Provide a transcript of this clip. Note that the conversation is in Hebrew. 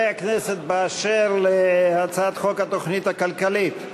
חברי הכנסת, באשר להצעת חוק התוכנית הכלכלית,